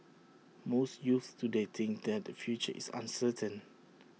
most youths today think that their future is uncertain